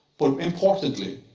but importantly,